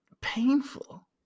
painful